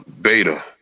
beta